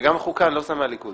וגם מחוקה אני לא שם מהליכוד.